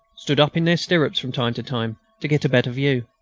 stood up in their stirrups from time to time to get a better view.